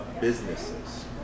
businesses